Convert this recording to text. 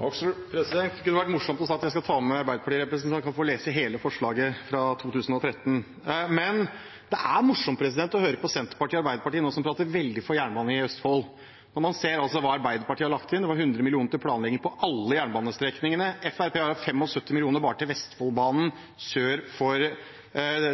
kunne vært morsomt å ta med Arbeiderparti-representanten for å lese hele forslaget fra 2013. Det er også morsomt å høre på Senterpartiet og Arbeiderpartiet, som nå prater veldig for jernbane i Østfold, når man ser hva Arbeiderpartiet har lagt inn. Det var 100 mill. kr til planlegging på alle jernbanestrekningene. Fremskrittspartiet har 75 mill. kr bare til Vestfoldbanen sør for